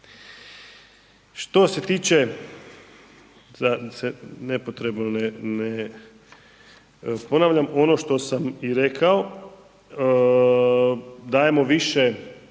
Što se tiče da se nepotrebno ponavljam, ono što sam i rekao dajemo više